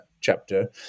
chapter